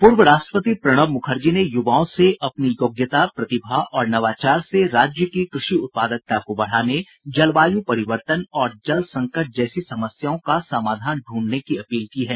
पूर्व राष्ट्रपति प्रणब मुखर्जी ने युवाओं से अपनी योग्यता प्रतिभा और नवाचार से राज्य की कृषि उत्पादकता को बढ़ाने जलवायु परिवर्तन और जल संकट जैसी समस्याओं का समाधान ढूंढने की अपील की है